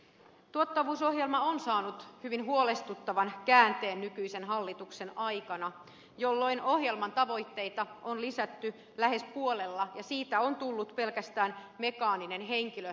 tuottavuusohjelma on saanut hyvin huolestuttavan käänteen nykyisen hallituksen aikana jolloin ohjelman tavoitteita on lisätty lähes puolella ja siitä on tullut pelkästään mekaaninen henkilövähennysohjelma